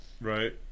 Right